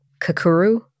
Kakuru